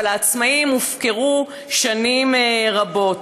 אבל העצמאים הופקרו שנים רבות.